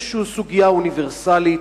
זו סוגיה אוניברסלית,